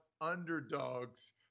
underdogs